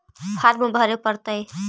Farm भरे परतय?